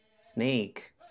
snake